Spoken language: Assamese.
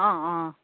অঁ অঁ